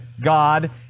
God